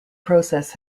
process